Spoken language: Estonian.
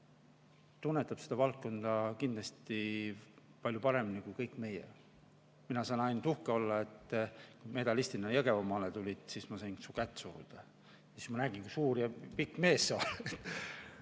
kes tunneb seda valdkonda kindlasti palju paremini kui meie kõik. Mina saan ainult uhke olla, et sa medalistina Jõgevamaale tulid. Ma sain su kätt suruda ja nägin, kui suur ja pikk mees sa oled.